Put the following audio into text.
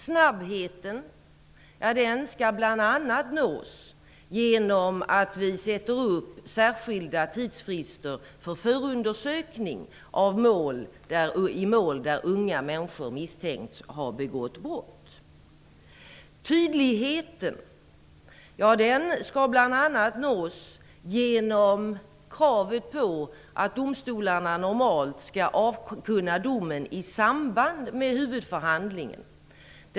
Kravet på snabbhet skall bl.a. uppfyllas genom att vi fastställer särskilda tidsfrister för förundersökning i mål där unga människor misstänks ha begått brott. Kravet på tydlighet skall bl.a. uppfyllas genom att domstolarna normalt skall avkunna domen i samband med huvudförhandlingen.